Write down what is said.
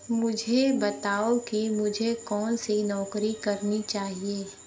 मुझे बताओ कि मुझे कौन सी नौकरी करनी चाहिए